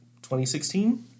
2016